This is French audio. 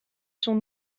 sont